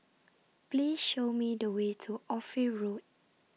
Please Show Me The Way to Ophir Road